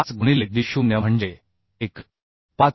5 गुणिले D0 म्हणजे 1